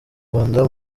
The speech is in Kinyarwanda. rwanda